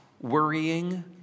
worrying